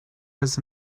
was